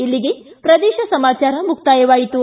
ಇಲ್ಲಿಗೆ ಪ್ರದೇಶ ಸಮಾಚಾರ ಮುಕ್ತಾಯವಾಯಿತು